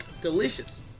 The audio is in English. Delicious